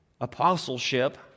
apostleship